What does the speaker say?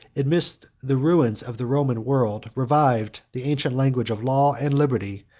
amidst the ruins of the roman world, revived the ancient language of law and liberty,